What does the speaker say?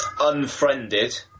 Unfriended